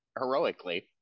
Heroically